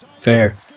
fair